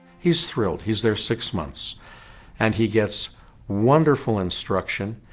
he's thrilled, he's there six months and he gets wonderful instruction,